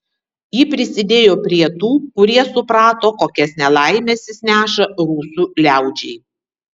ji prisidėjo prie tų kurie suprato kokias nelaimes jis neša rusų liaudžiai